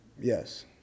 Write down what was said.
Yes